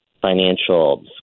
financial